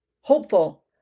hopeful